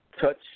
touch